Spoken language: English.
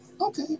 okay